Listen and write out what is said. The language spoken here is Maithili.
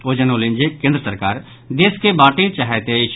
ओ जनौलनि जे केंद्र सरकार देश के बांटय चाहैत अछि